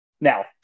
Now